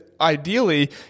ideally